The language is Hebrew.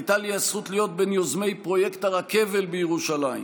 הייתה לי הזכות להיות בין יוזמי פרויקט הרכבל בירושלים,